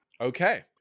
Okay